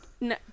No